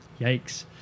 yikes